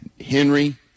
Henry